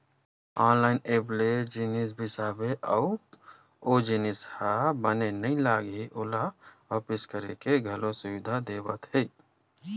online app ले जिनिस बिसाबे अउ ओ जिनिस ह बने नइ लागिस त ओला वापिस करे के घलो सुबिधा देवत हे